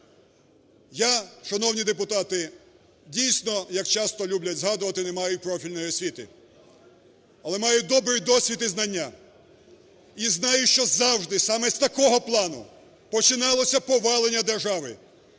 Я, шановні депутати, дійсно, як часто люблять згадувати, не маю профільної освіти, але маю добрий досвід і знання. І знаю, що завжди, саме з такого плану, починалося повалення держави.